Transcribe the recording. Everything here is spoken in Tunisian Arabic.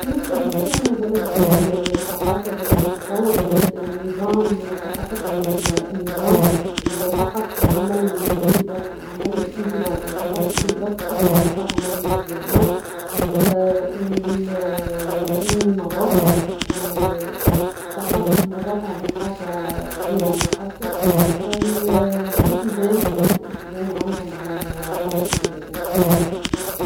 بالنسبة للصين بلد الثقافة ، بلد التطور ، بلد النظام ، ثقافتهم النظام ثقافة العمل والانضباط في العمل ، الانضباط ثقافة الانضباط أقوى ثقافة موجودة في اليابان ، النظافة ، ثقافة النظافة حاجة كبيرة ومقدسة ، ثقافة الالتزام عندهم حاجة كبيرة زادة.